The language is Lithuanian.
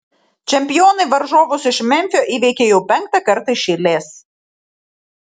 čempionai varžovus iš memfio įveikė jau penktą kartą iš eilės